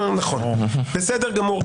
בסדר גמור.